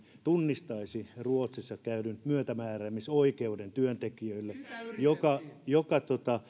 tunnistaisi ruotsissa käydyn myötämääräämisoikeuden työntekijöille joka joka